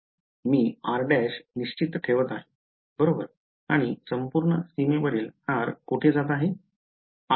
मी r' निश्चित ठेवत आहे बरोबर आणि संपूर्ण सीमेवरील r कुठे जात आहे